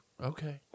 okay